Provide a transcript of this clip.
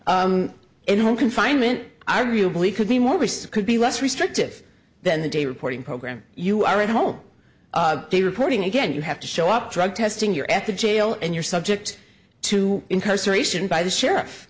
and home confinement i really believe could be more risk could be less restrictive than the day reporting program you are at home reporting again you have to show up drug testing your active jail and you're subject to incarceration by the sheriff